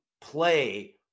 play